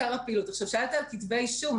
שאלת לגבי כתבי אישום,